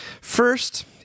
First